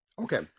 Okay